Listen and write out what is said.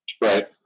Right